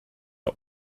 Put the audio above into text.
are